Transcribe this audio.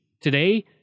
Today